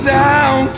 down